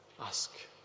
ask